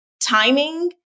timing